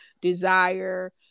desire